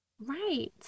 Right